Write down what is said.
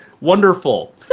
Wonderful